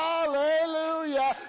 Hallelujah